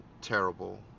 terrible